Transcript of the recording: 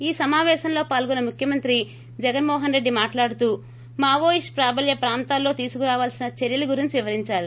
ఈ సమాపేశంలో పాల్గొన్న ముఖ్యమంత్రి జగన్మోహన్రెడ్డి మాట్లాడుతూ ్మావోయిస్టు ప్రాబల్య ప్రాంతాల్లో తీసుకోవాల్సిన చర్యల గురించి వివరించారు